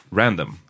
random